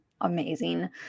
amazing